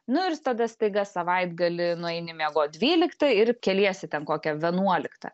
nu yra tada staiga savaitgalį nueini miegot dvyliktą ir keliesi ten kokią vienuoliktą